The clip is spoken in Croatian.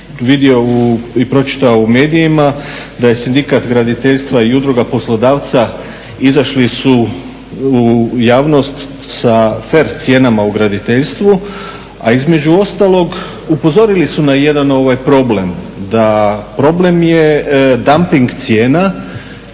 vidio i pročitao u medijima da je Sindikat graditeljstva i Udruga poslodavaca izašli su u javnost sa fer cijenama u graditeljstvu, a između ostalog upozorili su na jedan problem. Problem je dumping cijena